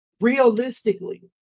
realistically